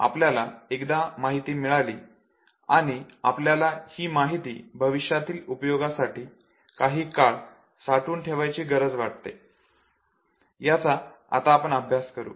आपल्याला एकदा माहिती मिळाली आणि आपल्याला हि माहिती भविष्यातील उपयोगासाठी काही काळ साठवून ठेवण्याची गरज वाटते याचा आता आपण अभ्यास करू